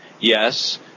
Yes